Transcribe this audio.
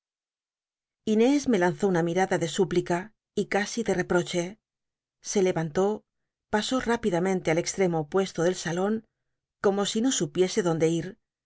inés me lanzó una milada de súpli c y casi de reproche se levantó pasó r ipidamcnte al extremo opuesto del salon como si no supiese donde ir